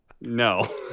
no